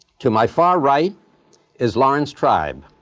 to my far right is laurence tribe,